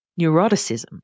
neuroticism